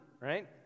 right